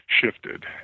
shifted